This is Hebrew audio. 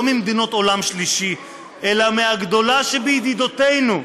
ממדינות עולם שלישי אלא מהגדולה שבידידותינו,